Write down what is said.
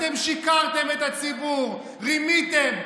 אתם שיקרתם לציבור, רימיתם.